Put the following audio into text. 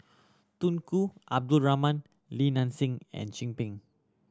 Tunku Abdul Rahman Li Nanxing and Chin Peng